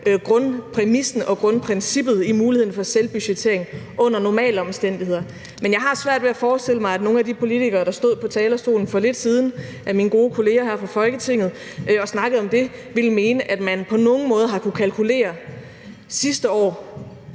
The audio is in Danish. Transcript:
grundpræmissen og grundprincippet i muligheden for selvbudgettering under normale omstændigheder. Men jeg har svært ved at forestille mig, at nogen af mine gode kollegaer her fra Folketinget, der stod på talerstolen for lidt siden og snakkede om det, vil mene, at man på nogen måde på den her tid sidste år